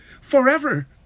forever